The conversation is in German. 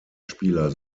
spieler